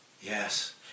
Yes